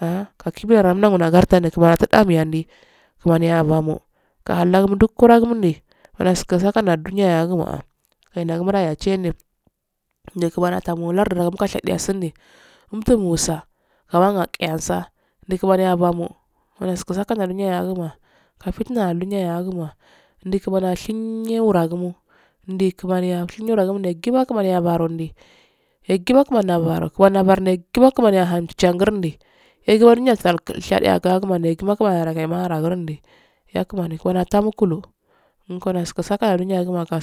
Ahh kashime garthe kimani'atumiyandi kimaniyaboma ga halagokuragumdi, kimaniyagumsla duniyagumaa’ kimaniya dogumo'a chenyandar kimaniya tubulardu mka shadiya sundi, umtugunsa, awankiyansa ndi kimaniyabo, kimaniyaskinsakandiya ayagumowa, kafintanalindoaggumo ndi kimaniya shiryerugumo, ndi kimaniya shinyirugumo yaggima kimaniyaandi yaggimaabaru kimaniyaro yaggima kimaniyaburo, yaggami kimaniya angundi legurdiya shadiyaga yaggima kimaniya mharngurdi ya jamani, kimaniya tamu kulu kimaniyaskulsakal yargimaka